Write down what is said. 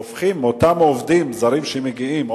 והופכות את אותם עובדים זרים שמגיעים,